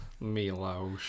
Milos